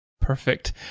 Perfect